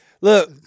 Look